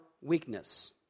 weakness